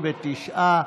59,